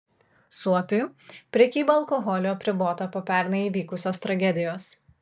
suopiui prekyba alkoholiu apribota po pernai įvykusios tragedijos